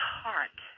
heart